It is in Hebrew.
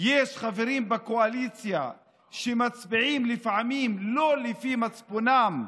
יש חברים בקואליציה שמצביעים לפעמים לא לפי מצפונם,